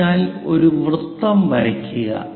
അതിനാൽ ഒരു വൃത്തം വരയ്ക്കുക